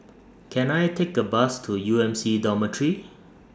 Can I Take A Bus to U M C Dormitory